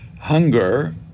hunger